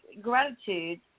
gratitude